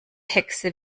hexe